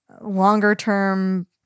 longer-term